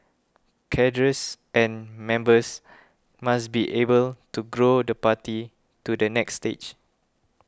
cadres and members must be able to grow the party to the next stage